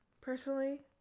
personally